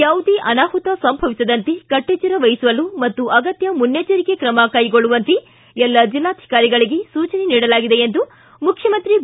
ಯಾವುದೇ ಅನಾಹುತ ಸಂಭವಿಸದಂತೆ ಕಟ್ಟೆಚ್ಚರ ವಹಿಸಲು ಮತ್ತು ಅಗತ್ತ ಮುನ್ನೆಚ್ಚರಿಕೆ ಕ್ರಮ ಕೈಗೊಳ್ಳುವಂತೆ ಎಲ್ಲಾ ಜಿಲ್ಲಾಧಿಕಾರಿಗಳಿಗೆ ಸೂಚನೆ ನೀಡಲಾಗಿದೆ ಎಂದು ಮುಖ್ಚಮಂತ್ರಿ ಬಿ